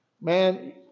Man